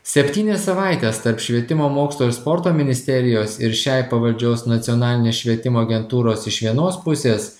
septynias savaites tarp švietimo mokslo ir sporto ministerijos ir šiai pavaldžios nacionalinės švietimo agentūros iš vienos pusės